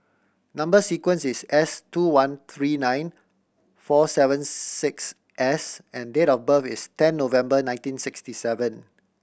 number sequence is S two one three nine four seven six S and date of birth is ten November nineteen sixty seven